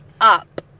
up